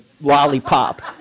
lollipop